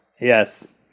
Yes